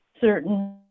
certain